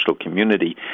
community